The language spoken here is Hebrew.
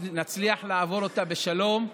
נצליח לעבור אותה בשלום,